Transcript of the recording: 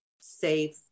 safe